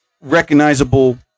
recognizable